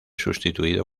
sustituido